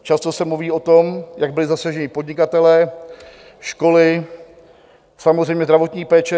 Často se mluví o tom, jak byli zasaženi podnikatelé, školy, samozřejmě zdravotní péče.